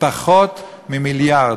פחות ממיליארד.